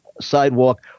sidewalk